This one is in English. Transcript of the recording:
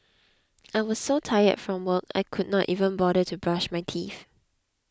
I was so tired from work I could not even bother to brush my teeth